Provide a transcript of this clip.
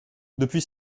depuis